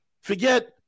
Forget